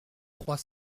trois